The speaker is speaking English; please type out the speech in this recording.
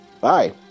Bye